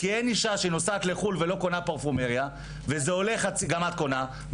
כי אין אישה שנוסעת לחו"ל ולא קונה פרפומריה ------- גם את קונה.